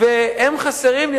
והם חסרים לי.